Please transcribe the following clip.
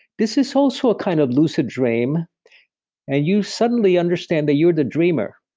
this is also a kind of lucid dream and you suddenly understand the year the dreamer,